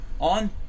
on